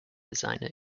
designer